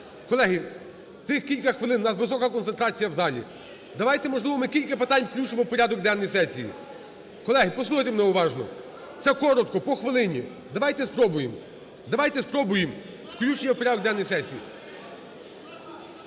Колеги, цих кілька хвилин, в нас висока концентрація в залі. Давайте, можливо, ми кілька питань включимо у порядок денний сесії. Колеги, послухайте мене уважно, це коротко, по хвилині. Давайте спробуємо. Давайте спробуємо включення у порядок денний сесії.